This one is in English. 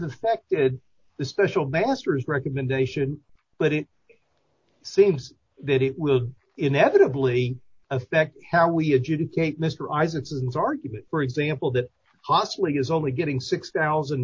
affected the special masters recommendation but it seems that it will inevitably affect how we adjudicate mr isaacson's argument for example that possibly is only getting six thousand